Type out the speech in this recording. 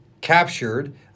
captured